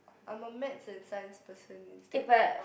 I'm a maths and science person instead